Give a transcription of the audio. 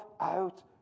out